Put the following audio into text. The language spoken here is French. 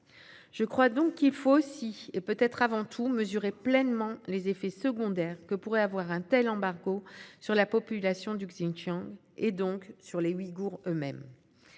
Je crois donc qu'il faut aussi et peut-être avant tout mesurer pleinement les effets secondaires que pourrait avoir un tel embargo sur la population du Xinjiang, donc sur les Ouïghours eux-mêmes.